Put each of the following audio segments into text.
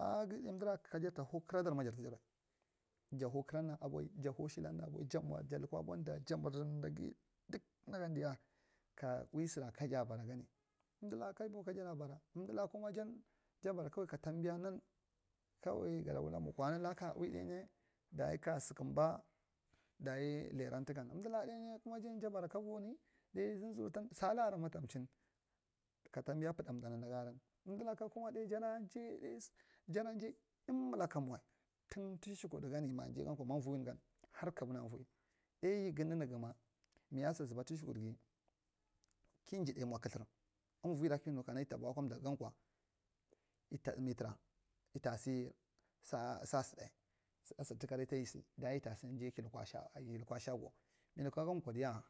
A a ge umdira kajar ta hau, kdradarma jarta jadiwai jahau karani a boi jahau karani a boi jahau shakni aboi dama jamwa ja lakwa abunda duk mgan diya ka ui sura aya baragan, umdila kabo aja bara amdila kuma jan jabaraja katambiyanay gadawul kawai mukuwalaka ka ui dayi dayi ka sukumba dayi jada umdila ɗainyi jan ja bara koboni umdila kuma ja jabaya koboni sala arr ma tamchang ka tambiya putandi nigararan amdilaka kuma jeda jai ɗai jada jain emilakamawae tun tu shakud gan majaigankwa ma voi wungani har kabun avoei ɗai yigame miyasa zuba tushakuɗge kijiɗai mwa kamthur umvoira kinukang yita ɓoeka mdakugan kwa ita mitura yita sis a saɗa sa saɗa tuka raifa yisi dayi yita seng jai kilukwa sha kolakwa shagwa mmi lakwa gan kwa diya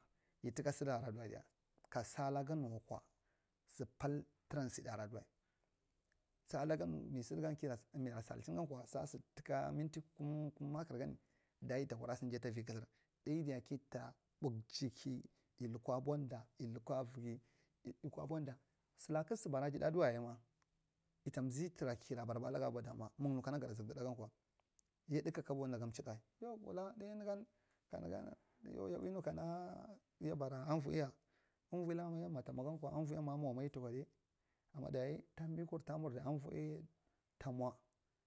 yita sedan kasalagamwakwa seng pal tasida dadiwai salagan me sad kira sarichingankwa sa saɗa tuka minti kum- kum makargani dayi yidakwaɗa seng jai tavi kathurɗa raidayi kita ɓukji ki kilokwa bunda kilokwa vige sira kak subara ajiɗai jawae yayima yita nzee tura kira barabakge abwa damu mung nukang gada zukduɗagan kwa yiɗai ka kabodagon mchiydawai yau gewala ɗai ningan kani gan ya ui nukana yabara san ya ui nukana yabara avoei uvoila yan matamwa gakwa avoen amwawar yi tukwadai ama dayi tambi kanta urdi avoei tamur.